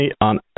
on